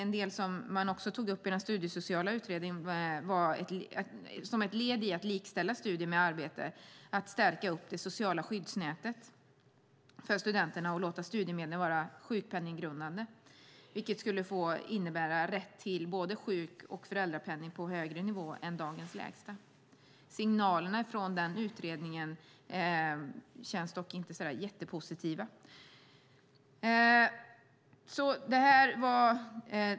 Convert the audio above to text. Något som man också tog upp i den studiesociala utredningen som ett led i att likställa studier med arbete var att stärka det sociala skyddsnätet för studenterna och låta studiemedlen vara sjukpenninggrundande. Det skulle innebära rätt till sjuk och föräldrapenning på högre nivå än dagens lägsta. Signalerna från den utredningen är inte så jättepositiva.